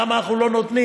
למה אנחנו לא נותנים?